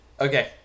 Okay